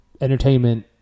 entertainment